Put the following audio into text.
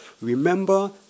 Remember